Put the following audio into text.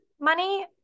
money